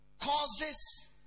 causes